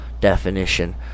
definition